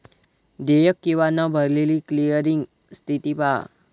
देयक किंवा न भरलेली क्लिअरिंग स्थिती पहा